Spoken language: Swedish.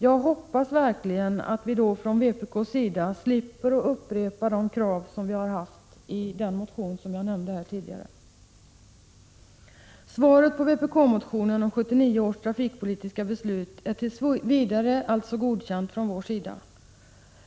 Jag hoppas verkligen att vi från vpk:s sida slipper att då upprepa kraven i den motion jag tidigare nämnde. Svaret på vpk-motionen om 1979 års trafikpolitiska beslut ger vi alltså tills vidare godkänt.